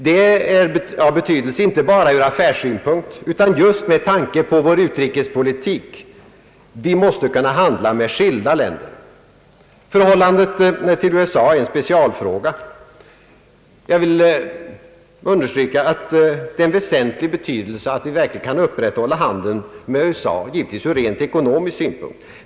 Det är av betydelse inte bara ur affärssynpunkt utan just med tanke på vår utrikespolitik. Vi måste kunna handla med skilda länder. Förhållandet till USA är en specialfråga. Jag vill understryka att det har väsentlig betydelse att vi verkligen kan upprätthålla handeln med USA ur rent ekonomisk synpunkt.